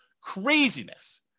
Craziness